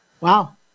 Wow